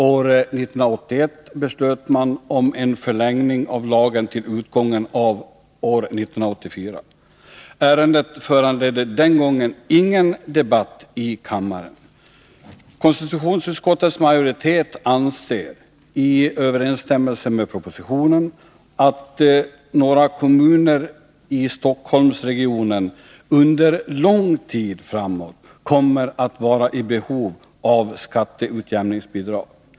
År 1981 beslöt man om en förlängning av lagen till utgången av år 1984. Ärendet föranledde den gången ingen debatt i kammaren. Konstitutionsutskottets majoritet anser — i överensstämmelse med propositionen — att några kommuner i Stockholmsregionen under lång tid framåt kommer att vara i behov av skatteutjämningsbidrag.